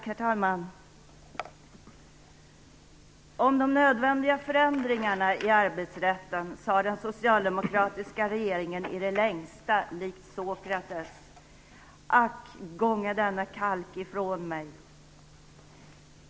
Herr talman! Om de nödvändiga förändringarna i arbetsrätten sade den socialdemokratiska regeringen i det längsta likt Sokrates "Ack, gånge denna kalk ifrån mig".